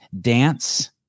dance